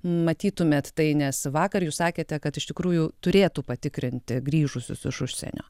matytumėt tai nes vakar jūs sakėte kad iš tikrųjų turėtų patikrinti grįžusius iš užsienio